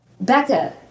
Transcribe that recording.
Becca